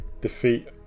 defeat